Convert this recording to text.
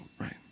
right